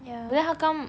ya